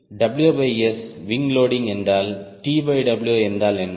WS wing loading என்றால் TW என்றால் என்ன